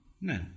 No